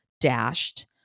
dashed